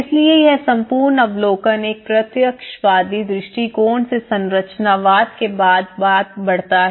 इसलिए यह संपूर्ण अवलोकन एक प्रत्यक्षवादी दृष्टिकोण से संरचनावाद के बाद बढ़ता है